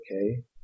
okay